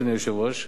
אדוני היושב-ראש,